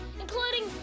including